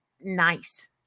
nice